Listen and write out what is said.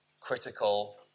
critical